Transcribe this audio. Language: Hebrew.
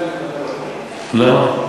לא.